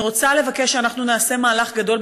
אני רוצה לבקש שאנחנו נעשה מהלך גדול